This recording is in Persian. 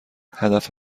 هدف